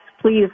please